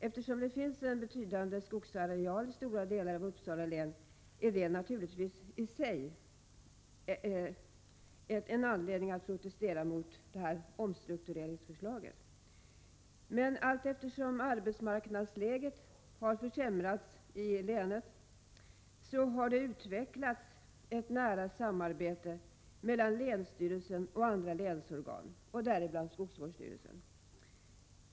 Eftersom det finns en betydande skogsareal i stora delar av Uppsala län är det självfallet i sig en anledning att protestera mot omstruktureringsförslaget. Men allteftersom arbetsmarknadsläget har försämrats i länet har det utvecklats ett nära samarbete mellan länsstyrelsen och andra länsorgan, däribland skogsvårdsstyrelsen.